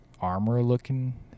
armor-looking